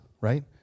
right